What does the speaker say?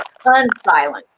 unsilenced